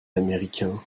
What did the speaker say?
américain